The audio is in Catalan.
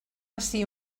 ací